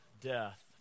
death